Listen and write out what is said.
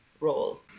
role